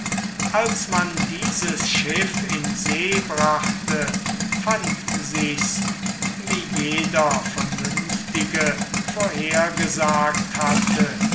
als man dieses schiff in see brachte fand sich's wie jeder vernünftige vorhergesagt hatte